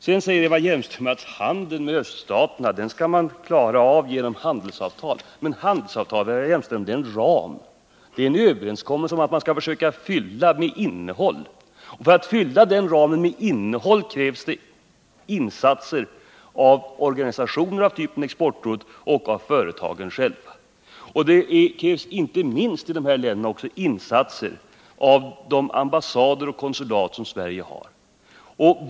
Sedan säger Eva Hjelmström att handeln med öststaterna skall man klara av genom handelsavtal. Men handelsavtal, Eva Hjelmström, är en ram. Det är en överenskommelse som man skall försöka fylla med innehåll. För att fylla den ramen med innehåll krävs det insatser av organisationer av Exportrådets typ och av företagen själva. Det krävs också, inte minst i öststaterna, insatser av de ambassader och konsulat som Sverige har.